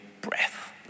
breath